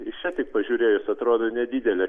iš čia tik pažiūrėjus atrodo nedidelė